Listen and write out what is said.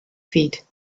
feet